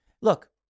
Look